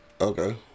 Okay